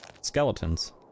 skeletons